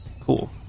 Cool